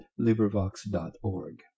LibriVox.org